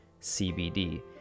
CBD